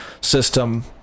system